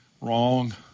Wrong